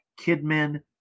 Kidman